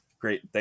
great